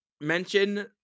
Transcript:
mention